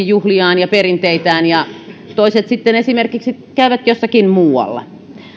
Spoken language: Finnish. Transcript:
juhliaan ja perinteitään kuten aikaisemminkin ja toiset sitten esimerkiksi käyvät jossakin muualla